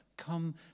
Come